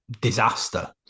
disaster